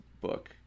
book